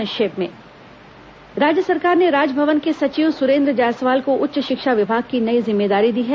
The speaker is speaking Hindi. संक्षिप्त समाचार राज्य सरकार ने राजभवन के सचिव सुरेंद्र जायसवाल को उच्च शिक्षा विभाग की नई जिम्मेदारी दी है